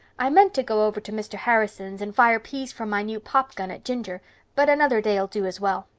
i meant to go over to mr. harrison's and fire peas from my new popgun at ginger but another day'll do as well.